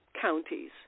counties